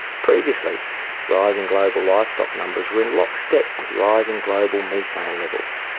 previously rising global livestock numbers were in lockstep with rising global methane levels,